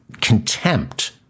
contempt